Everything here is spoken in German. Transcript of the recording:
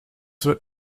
wird